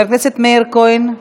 חבר הכנסת מאיר כהן,